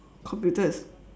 computer is